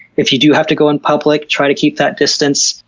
if you do have to go in public, try to keep that distance.